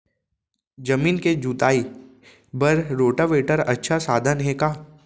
जमीन के जुताई बर रोटोवेटर अच्छा साधन हे का?